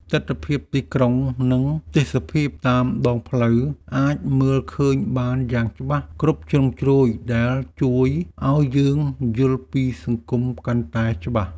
ទិដ្ឋភាពទីក្រុងនិងទេសភាពតាមដងផ្លូវអាចមើលឃើញបានយ៉ាងច្បាស់គ្រប់ជ្រុងជ្រោយដែលជួយឱ្យយើងយល់ពីសង្គមកាន់តែច្បាស់។